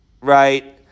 right